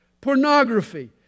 Pornography